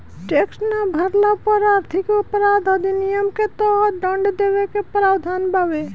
tax ना भरला पर आर्थिक अपराध अधिनियम के तहत दंड देवे के प्रावधान बावे